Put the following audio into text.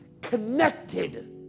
connected